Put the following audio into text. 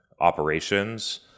operations